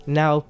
now